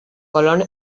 colón